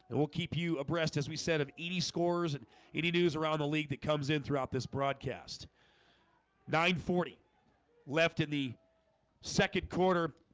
and we'll keep you abreast as we said of et scores and any news around the league that comes in throughout this broadcast nine forty left in the second quarter